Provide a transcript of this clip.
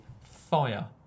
Fire